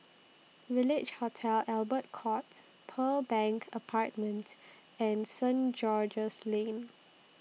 Village Hotel Albert Courts Pearl Bank Apartments and Saint George's Lane